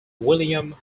william